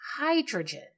Hydrogen